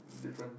different